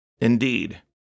Indeed